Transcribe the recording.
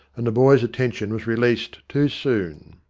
and the boy's attention was released too soon.